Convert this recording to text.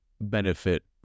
benefit